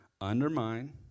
undermine